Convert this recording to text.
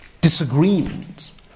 disagreements